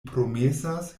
promesas